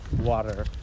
Water